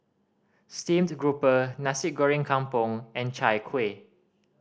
steamed grouper Nasi Goreng Kampung and Chai Kuih